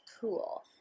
cool